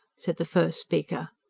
said the first speaker.